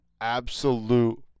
absolute